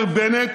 אומר בנט